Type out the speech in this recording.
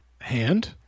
Hand